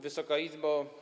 Wysoka Izbo!